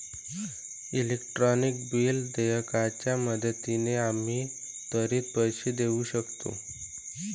electronic bill देयकाच्या मदतीने आम्ही त्वरित पैसे देऊ शकतो